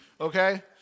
okay